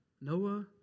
Noah